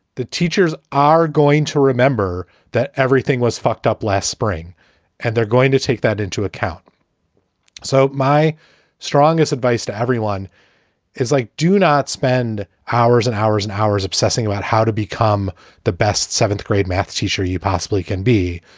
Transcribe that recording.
the teachers are going to remember that everything was fucked up last spring and they're going to take that into account so my strongest advice to everyone is like, do not spend hours and hours and hours obsessing about how to become the best seventh grade math teacher you possibly can be.